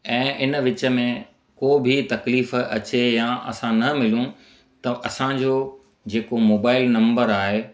ऐं इन विच में को बि तकलीफ़ अचे या असां न मिलू त असांजो जेको मोबाइल नंबर आहे